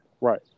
Right